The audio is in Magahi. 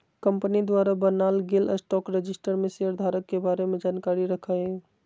कंपनी द्वारा बनाल गेल स्टॉक रजिस्टर में शेयर धारक के बारे में जानकारी रखय हइ